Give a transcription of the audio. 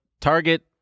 Target